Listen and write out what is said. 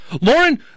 Lauren